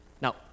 Now